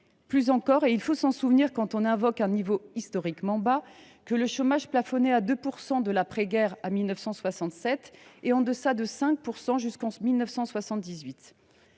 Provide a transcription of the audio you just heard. Plus encore, il faut se rappeler, lorsque l’on invoque un niveau historiquement bas, que le chômage a plafonné à 2 % de l’après guerre à 1967, et en deçà de 5 % jusqu’en 1978.